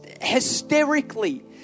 hysterically